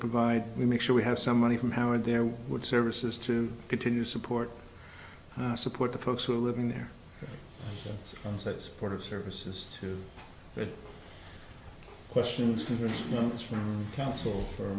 provide we make sure we have some money from howard there would services to continue support support the folks who are living there supportive services to their questions to us from council for